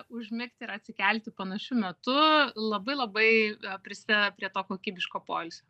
užmigt ir atsikelti panašiu metu labai labai prisideda prie to kokybiško poilsio